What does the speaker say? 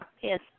Yes